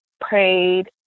prayed